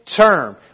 term